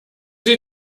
sie